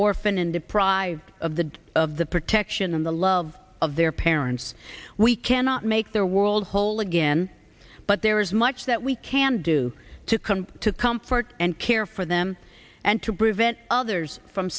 orphaned and deprived of the of the protection and the love of their parents we cannot make their world whole again but there is much that we can do to come to comfort and care for them and to brevet others from